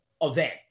event